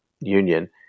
union